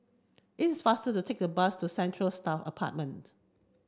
it is faster to take a bus to Central Staff Apartment